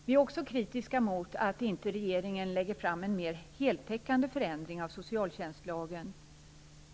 Vi är också kritiska mot att regeringen inte lägger fram en mer heltäckande förändring av socialtjänstlagen.